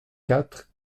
quatre